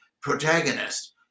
protagonist